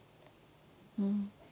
mm